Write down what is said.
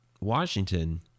Washington